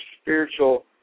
spiritual